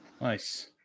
Nice